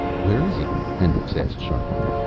where is he? hendricks asked sharply.